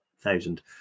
thousand